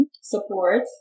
Support